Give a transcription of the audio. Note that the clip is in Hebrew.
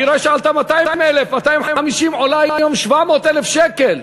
דירה שעלתה 200,000 250,000 עולה היום 700,000 שקל.